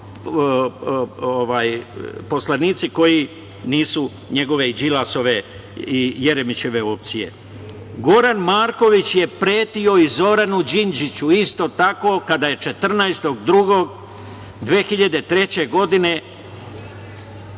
poslanici koji nisu njegove, Đilasove i Jeremićeve opcije. Goran Marković je pretio i Zoranu Đinđiću isto tako kada je 14. februara 2003. godine